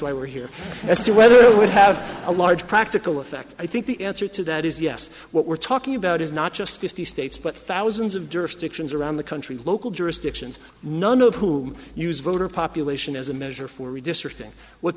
why we're here as to whether it would have a large practical effect i think the answer to that is yes what we're talking about is not just fifty states but thousands of jurisdictions around the country local jurisdictions none of whom use voter population as a measure for redistricting what